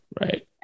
Right